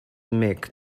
mick